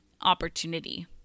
opportunity